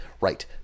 Right